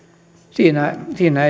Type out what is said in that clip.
siinä siinä